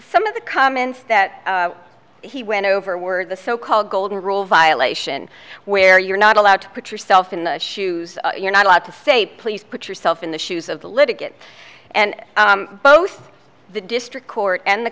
some of the comments that he went over were the so called golden rule violation where you're not allowed to put yourself in the shoes you're not allowed to say please put yourself in the shoes of the litigant and both the district court and the